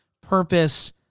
purpose